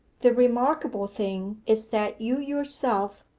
the remarkable thing is that you yourself,